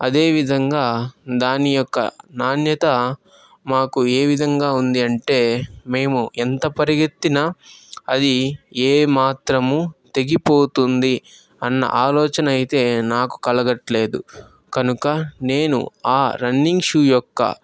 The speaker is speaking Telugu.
అదేవిధంగా దాని యొక్క నాణ్యత మాకు ఏ విధంగా ఉంది అంటే మేము ఎంత పరిగెత్తినా అది ఏమాత్రం తెగిపోతుంది అన్న ఆలోచన అయితే నాకు కలగట్లేదు కనుక నేను ఆ రన్నింగ్ షూ యొక్క